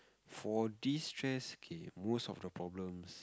for this stress K most of the problems